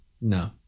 No